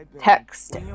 Text